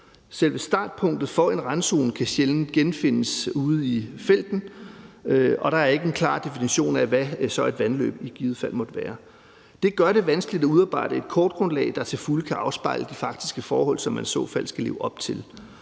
Selve startpunktet for en randzone kan sjældent genfindes ude i felten, og der er ikke en klar definition af, hvad et vandløb så i givet fald måtte være. Det gør det vanskeligt at udarbejde et kortgrundlag, der til fulde kan afspejle de faktiske forhold, som man i så fald skal leve op til.